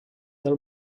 del